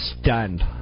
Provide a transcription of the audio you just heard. stunned